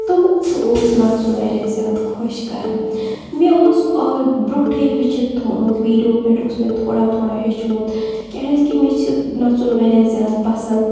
تِمَن تہِ اوس نَژُن واریاہ زیادٕ خۄش کَران مےٚ اوس آل برٛونٛٹھٕے ہیٚچھِتھ تھومُت ویٖڈیو پٮ۪ٹھ اوس مےٚ تھوڑا تھوڑا ہیوٚچھمُت کیٛازِکہِ مےٚ چھِ نَژُن واریاہ زیادٕ پَسنٛد